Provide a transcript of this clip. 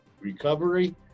recovery